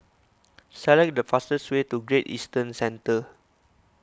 select the fastest way to Great Eastern Centre